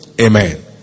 Amen